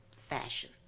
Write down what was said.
fashion